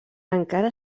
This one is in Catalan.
encara